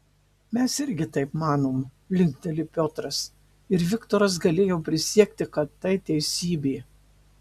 mes irgi taip manom linkteli piotras ir viktoras galėjo prisiekti kad tai teisybė